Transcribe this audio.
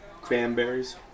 cranberries